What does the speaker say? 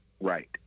right